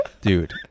Dude